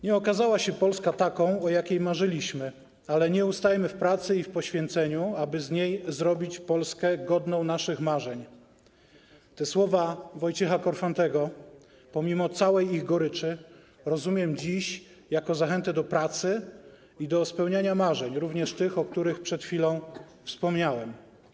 Nie okazała się Polska taką, o jakiej marzyliśmy, ale nie ustajemy w pracy i poświęceniu, aby z niej zrobić Polskę godną naszych marzeń˝ - te słowa Wojciecha Korfantego pomimo całej ich goryczy rozumiem dziś jako zachętę do pracy i spełniania marzeń, również tych, o których przed chwilą wspomniałem.